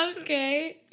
Okay